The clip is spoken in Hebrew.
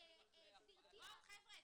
חבר'ה,